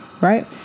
right